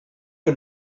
que